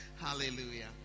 Hallelujah